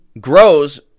grows